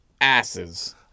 asses